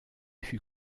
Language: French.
fut